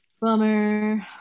Bummer